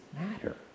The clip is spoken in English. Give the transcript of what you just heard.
matter